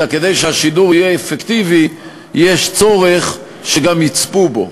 אלא כדי שהשידור יהיה אפקטיבי יש צורך שגם יצפו בו,